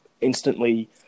Instantly